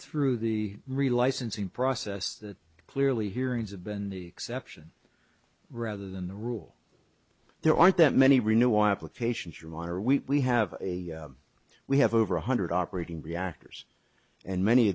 through the relicensing process that clearly hearings have been the exception rather than the rule there aren't that many renuart allocations your honor we have a we have over one hundred operating reactors and many